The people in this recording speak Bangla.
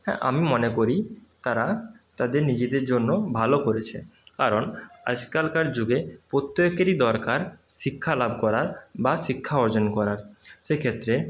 হ্যাঁ আমি মনে করি তারা তাদের নিজেদের জন্য ভালো করেছে কারণ আজকালকার যুগে প্রত্যেকেরই দরকার শিক্ষা লাভ করার বা শিক্ষা অর্জন করার সে ক্ষেত্রে